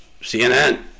CNN